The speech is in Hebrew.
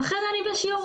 ואחרי זה אני בשיעור,